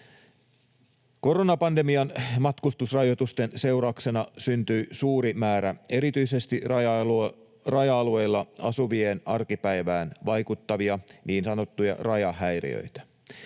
Koronapandemian matkustusrajoitusten seurauksena syntyi suuri määrä erityisesti raja-alueilla asuvien arkipäivään vaikuttavia niin sanottuja rajahäiriöitä.